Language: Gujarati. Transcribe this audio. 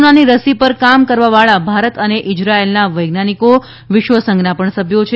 કોરોનાની રસી પર કામ કરવાવાળા ભારત અને ઈઝરાયેલના વૈજ્ઞાનિકો વિશ્વ સંઘના પણ સભ્યો છે